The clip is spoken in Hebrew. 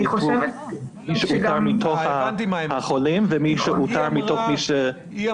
מי שאותר מתוך החולים ומי שאותר בכלל.